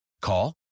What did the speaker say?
Call